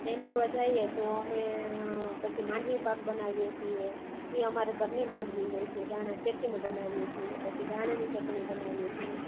તેમ જોવા જાઈએ તો અમે પછી માંડવી પાક બનાવીએ છીએ એ અમારે ઘરની માંડવી હોય છે દાણા શેકીને બનાવીએ છીએ પછી દાણાની ચટણી બનાવીએ છીએ